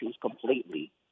completely